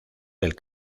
del